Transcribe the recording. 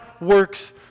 works